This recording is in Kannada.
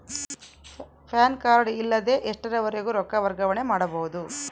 ಪ್ಯಾನ್ ಕಾರ್ಡ್ ಇಲ್ಲದ ಎಷ್ಟರವರೆಗೂ ರೊಕ್ಕ ವರ್ಗಾವಣೆ ಮಾಡಬಹುದು?